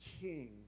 King